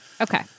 okay